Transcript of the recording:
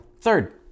Third